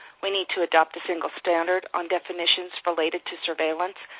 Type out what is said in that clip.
we need to adopt a single standard on definitions related to surveillance,